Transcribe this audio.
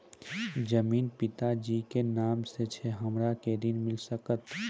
जमीन पिता जी के नाम से छै हमरा के ऋण मिल सकत?